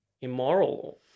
Immoral